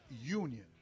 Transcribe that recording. Union